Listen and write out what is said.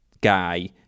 guy